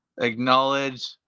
Acknowledge